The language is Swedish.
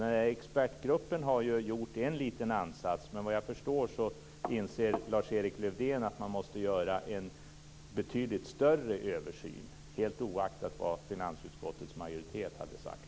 Den här expertgruppen har ju gjort en liten ansats, men vad jag förstår inser Lars-Erik Lövdén att man måste göra en betydligt större översyn - helt oaktat vad finansutskottets majoritet har sagt.